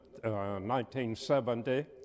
1970